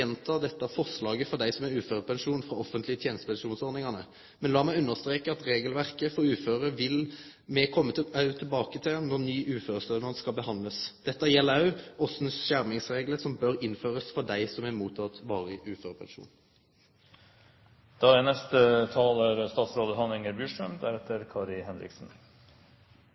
gjenta dette forslaget for dei som har uførepensjon frå dei offentlege tenestepensjonsordningane. Men lat meg understreke at regelverket for uføre vil me kome tilbake til når ny uførestønad skal behandlast. Det gjeld òg kva for skjermingsreglar som bør innførast for dei som har motteke varig uførepensjon. Når Stortinget i